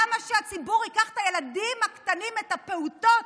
למה שהציבור ייקח את הילדים הקטנים, את הפעוטות,